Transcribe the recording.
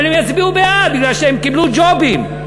אבל הם יצביעו בעד, כי הם קיבלו ג'ובים.